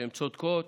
והן צודקות,